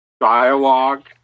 dialogue